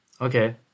Okay